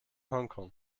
hongkong